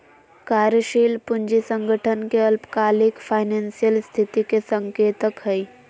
कार्यशील पूंजी संगठन के अल्पकालिक फाइनेंशियल स्थिति के संकेतक हइ